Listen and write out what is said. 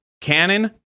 canon